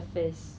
Dove